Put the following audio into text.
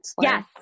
Yes